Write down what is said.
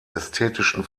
ästhetischen